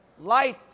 Light